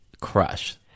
Crush